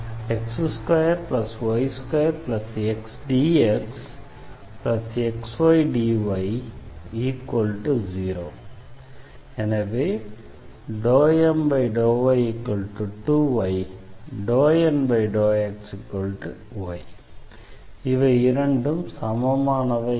எனவே ∂M∂y2y ∂N∂xy எனவே இவை இரண்டும் சமமானவை அல்ல